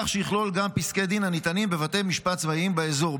כך שיכלול גם פסקי דין הניתנים בבתי משפט צבאים באזור.